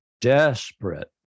desperate